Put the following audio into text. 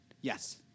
yes